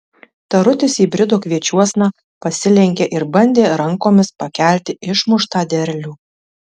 tarutis įbrido kviečiuosna pasilenkė ir bandė rankomis pakelti išmuštą derlių